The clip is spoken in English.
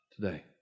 today